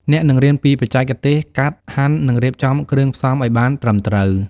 អ្នកនឹងរៀនពីបច្ចេកទេសកាត់ ហាន់ និងរៀបចំគ្រឿងផ្សំឱ្យបានត្រឹមត្រូវ។